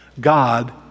God